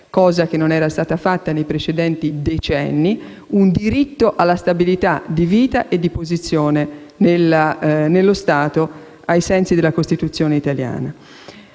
cosa che non era stata fatta nei precedenti decenni - un diritto alla stabilità di vita e di posizione nello Stato, ai sensi della Costituzione italiana.